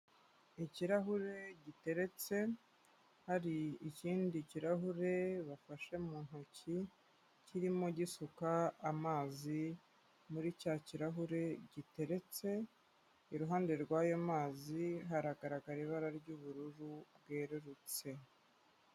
Ikirahure giteretse, hari ikindi kirahure bafashe mu ntoki, kirimo gisuka amazi muri cya kirahure giteretse, iruhande rw'ayo mazi haragaragara ibara ry'ubururu bwerurutse.